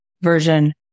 version